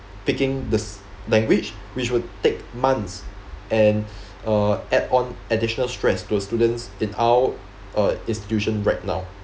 picking the s~ language which would take months and uh add on additional stress to a students in our uh institution right now